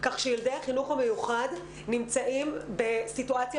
כך שילדי החינוך המיוחד נמצאים בסיטואציה